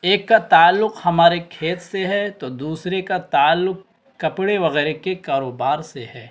ایک کا تعلق ہمارے کھیت سے ہے تو دوسرے کا تعلق کپڑے وغیرہ کے کاروبار سے ہے